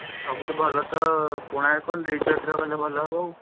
ସବୁଠୁ ଭଲ ତ କୋଣାର୍କ ରିଜର୍ଟରେ କଲେ ଭଲ ହେବ ଆଉ